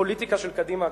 הפוליטיקה של קדימה,